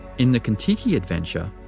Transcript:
in the kon-tiki adventure,